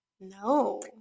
No